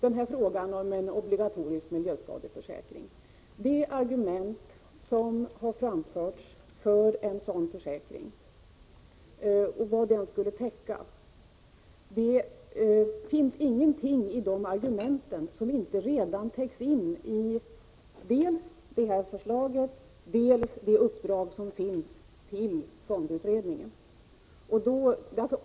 I fråga om en obligatorisk miljöskadeförsäkring: I de argument som framförts för en sådan försäkring och vad som sagts om vad den skulle täcka finns ingenting som inte redan framhållits i dels förslaget, dels det uppdrag som finns till fondutredningen.